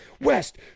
West